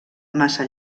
massa